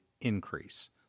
increase